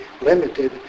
limited